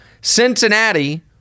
Cincinnati